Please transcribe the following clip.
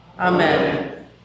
Amen